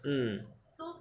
mm